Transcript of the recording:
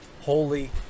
Holy